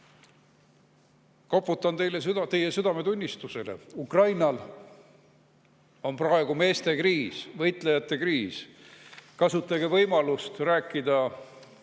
Koputan teie südametunnistusele. Ukrainal on praegu meeste kriis, võitlejate kriis. Kasutage võimalust rääkida